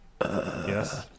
Yes